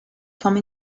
come